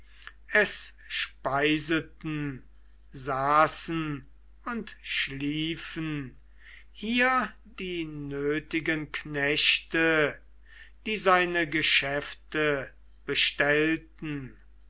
es speiseten saßen und schliefen hier die nötigen knechte die seine geschäfte bestellten